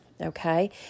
Okay